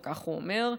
וכך הוא אומר,